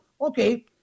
okay